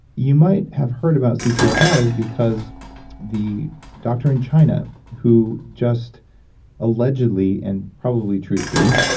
you might have heard about c c r five because the doctor in china who just allegedly and probably truthfully